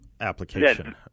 Application